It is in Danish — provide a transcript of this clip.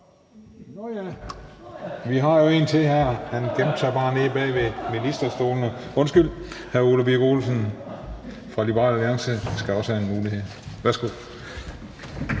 Vi har en ordfører til, men han gemte sig bare nede bag ved ministerstolene – undskyld! Hr. Ole Birk Olesen fra Liberal Alliance skal også have en mulighed. Værsgo.